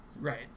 Right